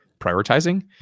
prioritizing